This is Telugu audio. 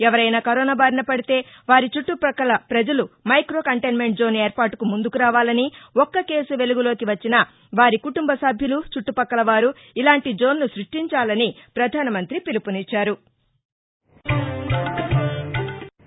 ఎవరైనా కరోనా బారిన పడితే వారి చుట్లపక్కల ప్రజలు మైక్రో కంటైన్మెంట్ జోన్ ఏర్పాటుకు ముందుకు రావాలని ఒక్క కేసు వెలుగులోకి వచ్చినా వారి కుటుంబసభ్యులు చుట్లపక్కలవారు ఇలాంటి జోన్ను స్పష్టించాలని ప్రధానమంతి పిలుపునిచ్చారు